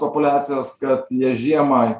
populiacijos kad jie žiemą